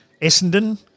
Essendon